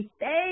thank